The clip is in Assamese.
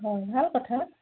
হয় ভাল কথা